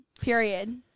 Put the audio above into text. Period